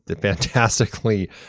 fantastically